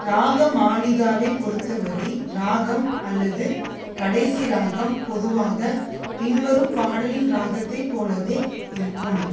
ராகமாலிகாவை பொறுத்தவரை ராகம் அல்லது கடைசி ராகம் பொதுவாக பின்வரும் பாடலின் ராகத்தை போலவே இருக்கும்